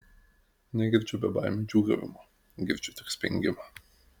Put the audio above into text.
negirdžiu bebaimių džiūgavimo girdžiu tik spengimą